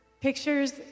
pictures